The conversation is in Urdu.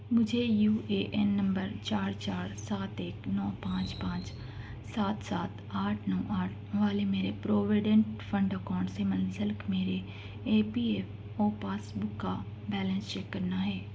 مجھے یو اے این نمبر چار چار سات ایک نو پانچ پانچ سات سات آٹھ نو آٹھ والے میرے پروویڈنٹ فنڈ اکاؤنٹس سے منسلک میرے E P F O passbook کا بیلنس چیک کرنا ہے